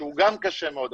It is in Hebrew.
שהוא גם קשה מאוד,